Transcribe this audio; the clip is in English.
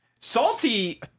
Salty